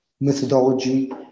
methodology